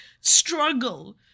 struggle